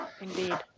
Indeed